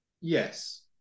Yes